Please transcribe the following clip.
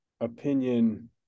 opinion